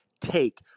take